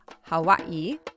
Hawaii